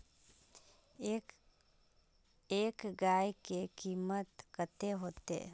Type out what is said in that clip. एक गाय के कीमत कते होते?